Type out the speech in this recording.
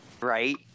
right